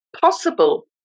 Possible